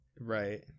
Right